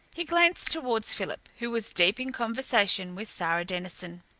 he glanced towards philip, who was deep in conversation with sara denison.